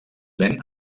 ven